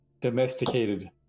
domesticated